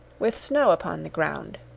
with snow upon the ground.